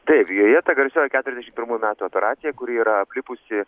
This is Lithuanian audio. taip joje ta garsioji keturiasdešim pirmųjų metų operacija kuri yra aplipusi